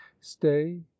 stay